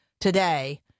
today